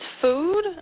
food